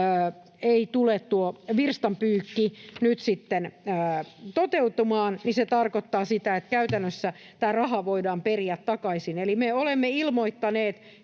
Jos tuo virstanpyykki ei nyt sitten tule toteutumaan, niin se tarkoittaa sitä, että käytännössä tämä raha voidaan periä takaisin. Eli me olemme ilmoittaneet